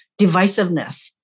divisiveness